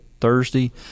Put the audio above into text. Thursday